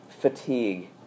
Fatigue